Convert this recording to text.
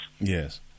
Yes